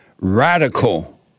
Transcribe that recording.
radical